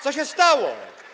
Co się stało?